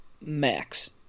max